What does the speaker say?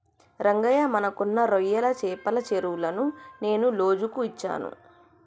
రంగయ్య మనకున్న రొయ్యల చెపల చెరువులను నేను లోజుకు ఇచ్చాను